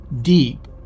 deep